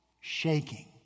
shaking